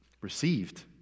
received